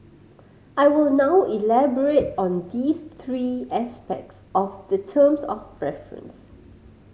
I will now elaborate on these three aspects of the terms of reference